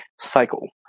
cycle